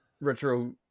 retro